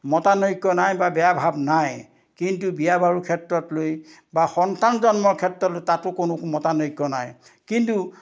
মতানৈক্য নাই বা বেয়া ভাৱ নাই কিন্তু বিয়া বাৰুৰ ক্ষেত্ৰত লৈ বা সন্তান জন্মৰ ক্ষেত্ৰত লৈ তাতো কোনো মতানৈক্য নাই কিন্তু